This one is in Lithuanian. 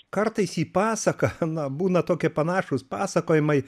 kartais į pasaką na būna tokie panašūs pasakojimai